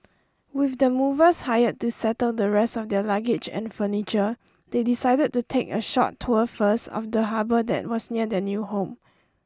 with the movers hired to settle the rest of their luggage and furniture they decided to take a short tour first of the harbour that was near their new home